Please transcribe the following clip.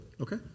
Okay